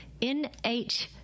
nh